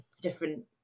different